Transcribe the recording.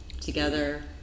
together